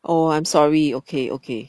oh I'm sorry okay okay